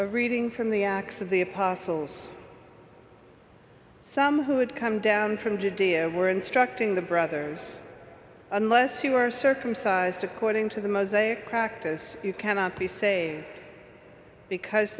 a reading from the acts of the apostles some who had come down from judea were instructing the brothers unless you are circumcised according to the mosaic practice you cannot be say because